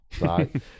Right